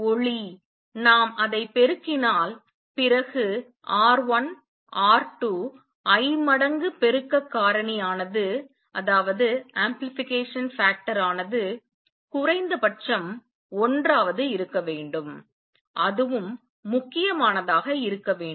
ஒளி நாம் அதை பெருக்கினால் பிறகு R1 R2 I மடங்கு பெருக்க காரணி ஆனது குறைந்தபட்சம் ஒன்றாவது இருக்க வேண்டும் அதுவும் முக்கியமானதாக இருக்க வேண்டும்